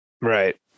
Right